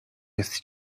jest